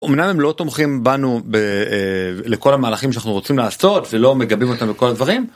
אומנם לא תומכים בנו לכל המהלכים שאנחנו רוצים לעשות ולא מגבים אותנו כל הדברים.